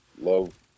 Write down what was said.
love